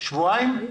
שבועיים?